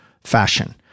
fashion